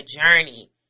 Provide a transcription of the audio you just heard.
journey